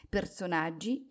Personaggi